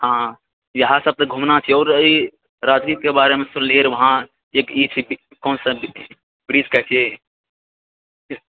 हँ इहा सब तऽ घूमना छी आओर ई राजगीरके बारेमे सुनलिऐ वहाँ जे ई कोनसा वृक्ष कहै छी